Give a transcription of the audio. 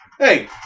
Hey